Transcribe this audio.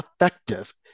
effective